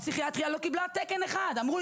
הפסיכיאטריה לא קיבלה תקן אחד! אמרו,